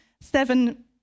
seven